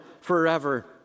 forever